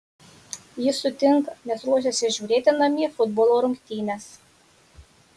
jis sutinka nes ruošiasi žiūrėti namie futbolo rungtynes